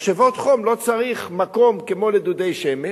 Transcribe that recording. למשאבות חום לא צריך מקום כמו לדודי שמש,